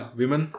women